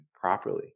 properly